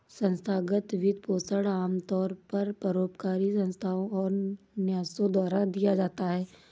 संस्थागत वित्तपोषण आमतौर पर परोपकारी संस्थाओ और न्यासों द्वारा दिया जाता है